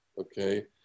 Okay